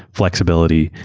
flexibility,